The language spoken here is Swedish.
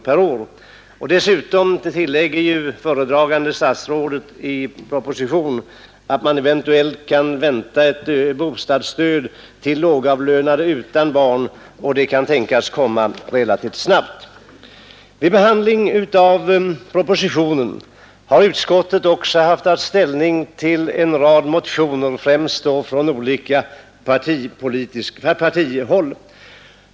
Föredragande statsrådet tillägger också i propositionen att man eventuellt kan vänta ett bostadsstöd till lågavlönade utan barn; det kan komma relativt snabbt. Vid behandlingen av propositionen har utskottet också haft att ta ställning till olika motioner, främst en rad partimotioner.